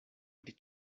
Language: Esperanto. pri